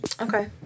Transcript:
Okay